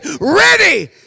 ready